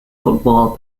football